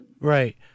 Right